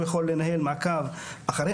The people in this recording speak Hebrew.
הוא יכול לנהל מעקב אחרי,